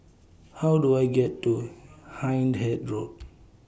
How Do I get to Hindhede Road